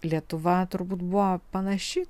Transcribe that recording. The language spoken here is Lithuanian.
lietuva turbūt buvo panaši